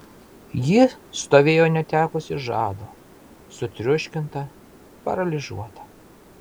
ji stovėjo netekusi žado sutriuškinta paralyžiuota